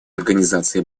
организации